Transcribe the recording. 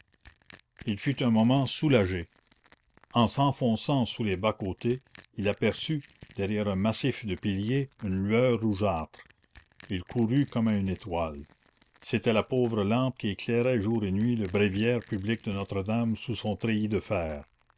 il fut un moment soulagé en s'enfonçant sous les bas côtés il aperçut derrière un massif de piliers une lueur rougeâtre il y courut comme à une étoile c'était la pauvre lampe qui éclairait jour et nuit le bréviaire public de notre-dame sous son treillis de fer